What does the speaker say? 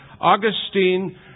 Augustine